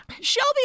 Shelby